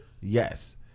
Yes